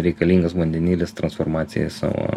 reikalingas vandenilis transformacijai savo